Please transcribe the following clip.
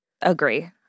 Agree